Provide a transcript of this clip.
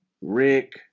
Rick